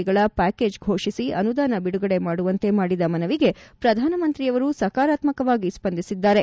ಗಳ ಪ್ಲಾಕೇಜ್ ಫೋಷಿಸಿ ಅನುದಾನ ಬಿಡುಗಡೆ ಮಾಡುವಂತೆ ಮಾಡಿದ ಮನವಿಗೆ ಪ್ರಧಾನ ಮಂತ್ರಿಯವರು ಸಕಾರಾತ್ಮಕವಾಗಿ ಸ್ವಂದಿಸಿದ್ದಾರೆ